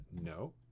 no